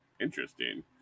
Interesting